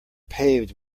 paved